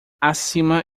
acima